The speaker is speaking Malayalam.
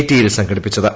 ടി യിൽ സംഘടിപ്പിച്ചത്